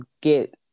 get